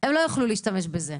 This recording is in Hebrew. הם לא יוכלו להשתמש בזה.